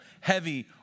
heavy